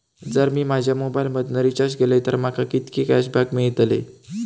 जर मी माझ्या मोबाईल मधन रिचार्ज केलय तर माका कितके कॅशबॅक मेळतले?